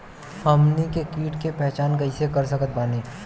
हमनी के कीट के पहचान कइसे कर सकत बानी?